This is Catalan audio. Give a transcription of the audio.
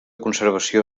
conservació